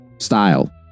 style